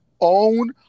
own